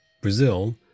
Brazil